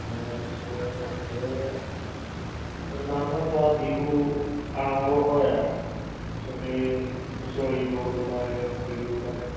তাৰপিছত সেই সেইদিনাখনৰ পৰা বিহু আৰম্ভ হয় আৰু সবেই হুঁচৰি দল ওলায় হেৰি ওলায়